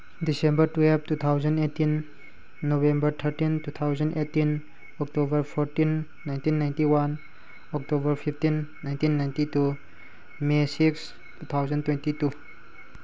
December twelve two thousand eighteen November thirteen two thousand eighteen October fourteen nineteen ninety one October fifteen nineteen ninety two may six two thousand twenty two